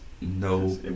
no